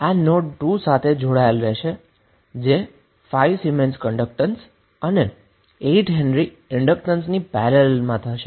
તેથી આ બંને માત્ર નોડ 2 સાથે જોડાયેલા હશે તેથી 5 સીમેન્સ કન્ડક્ટન્સ અને 8 હેન્રી ઈન્ડક્ટન્સ પેરેલલમાં થશે